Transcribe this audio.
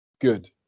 good